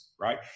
right